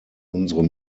unsere